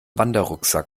wanderrucksack